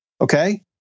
Okay